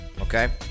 Okay